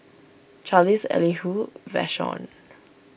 Charlize Elihu Vashon